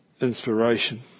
inspiration